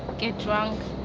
get drunk,